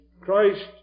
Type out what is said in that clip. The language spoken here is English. Christ